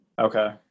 Okay